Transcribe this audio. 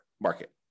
market